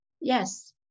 Yes